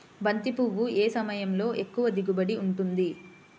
బంతి పువ్వు ఏ సమయంలో ఎక్కువ దిగుబడి ఉంటుంది?